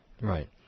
Right